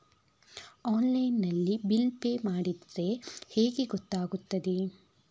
Online ನಲ್ಲಿ bill pay ಮಾಡಿದ್ರೆ ಹೇಗೆ ಗೊತ್ತಾಗುತ್ತದೆ?